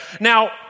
Now